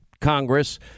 Congress